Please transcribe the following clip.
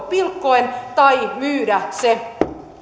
pilkkoen tai myydä se